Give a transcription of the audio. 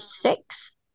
six